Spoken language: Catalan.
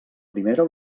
primera